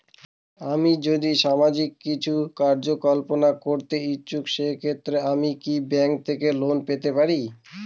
আমি যদি সামাজিক কিছু কার্যকলাপ করতে ইচ্ছুক সেক্ষেত্রে আমি কি ব্যাংক থেকে লোন পেতে পারি?